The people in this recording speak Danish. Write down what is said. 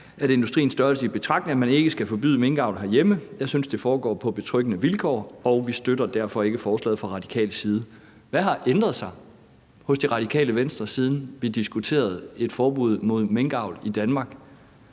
at man, industriens størrelse taget i betragtning, ikke skal forbyde minkavl herhjemme. Jeg synes, at det foregår på betryggende vilkår, og vi støtter ikke forslaget fra radikal side.« Hvad har ændret sig hos Radikale Venstre, siden vi diskuterede et forbud mod minkavl i Danmark,